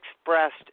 expressed